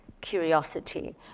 curiosity